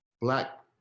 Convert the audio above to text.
Black